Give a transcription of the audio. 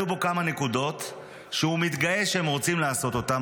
היו בו כמה נקודות שהוא מתגאה שהם רוצים לעשות אותן.